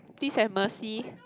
please have mercy